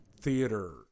theater